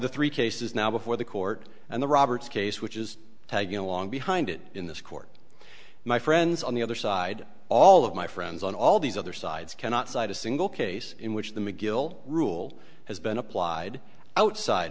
the three cases now before the court and the roberts case which is tagging along behind it in this court my friends on the other side all of my friends on all these other sides cannot cite a single case in which the mcgill rule has been applied outside